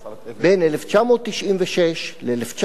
בין 1996 ל-1999.